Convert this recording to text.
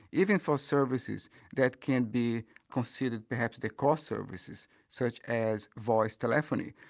even for services that can be considered perhaps the core services such as voice telephony.